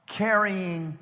carrying